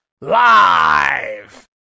live